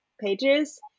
pages